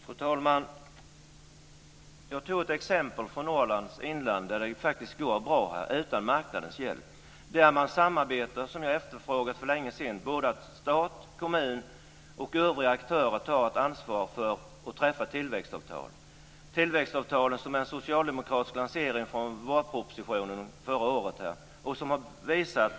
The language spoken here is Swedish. Fru talman! Jag gav ett exempel från Norrlands inland, där det faktiskt går bra utan marknadens hjälp. Där har man ett samarbete som jag har efterfrågat sedan länge, där staten, kommunen och övriga aktörer tar ett ansvar för träffande av tillväxtavtal. Dessa lanserades i regeringsförklaringen förra året.